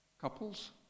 couples